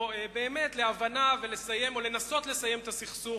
באמת להבנה ולסיים או לנסות לסיים את הסכסוך.